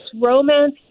romance